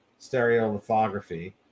Stereolithography